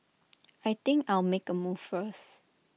I think I'll make A move first